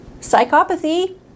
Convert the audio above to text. Psychopathy